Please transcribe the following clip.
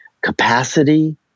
capacity